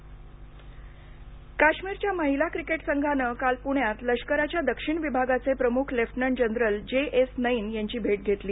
काश्मीर महिला क्रिकेट काश्मिरच्या महिला क्रिकेट संघाने काल पुण्यात लष्कराच्या दक्षिण विभागाचे प्रमुख lieutenant general J S Nain यांची भेट घेतली